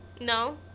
No